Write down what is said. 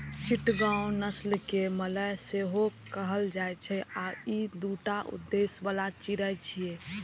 चिटगांव नस्ल कें मलय सेहो कहल जाइ छै आ ई दूटा उद्देश्य बला चिड़ै छियै